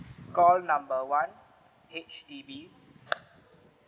call number one H_D_B